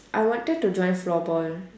I wanted to join floorball